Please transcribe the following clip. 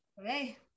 Okay